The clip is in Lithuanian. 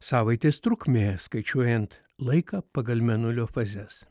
savaitės trukmė skaičiuojant laiką pagal mėnulio fazes